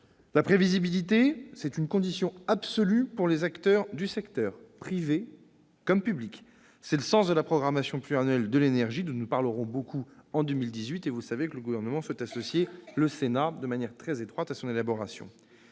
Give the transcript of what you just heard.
La prévisibilité est une condition absolue pour les acteurs du secteur, privés comme publics. C'est le sens de la programmation pluriannuelle de l'énergie, dont nous parlerons beaucoup en 2018- vous savez, mesdames, messieurs les sénateurs, que le Gouvernement souhaite associer le Sénat de manière très étroite à son élaboration.